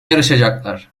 yarışacaklar